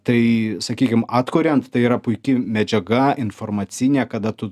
tai sakykim atkuriant tai yra puiki medžiaga informacinė kada tu